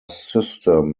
system